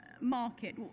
market